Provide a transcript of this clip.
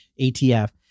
ATF